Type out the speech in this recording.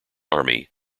army